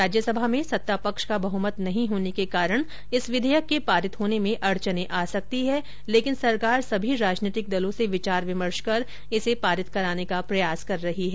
राज्यसभा में सत्ता पक्ष का बहुमत न होने के कारण इस विधेयक के पारित होने में अड़चनें आ सकती हैं लेकिन सरकार सभी राजनीतिक दलों से विचार विमर्श कर इसे पारित कराने का प्रयास कर रही है